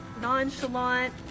nonchalant